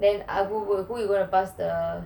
then uh who who you gonna pass the